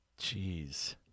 Jeez